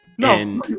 No